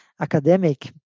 academic